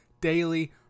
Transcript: daily